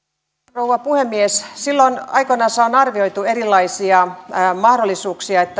rouva puhemies silloin aikoinansa on arvioitu erilaisia mahdollisuuksia